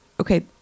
Okay